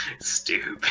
Stupid